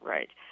Right